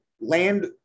land